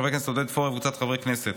של חבר הכנסת עודד פורר וקבוצת חברי הכנסת.